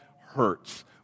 hurts